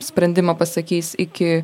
sprendimą pasakys iki